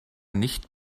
nicht